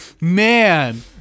man